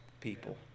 people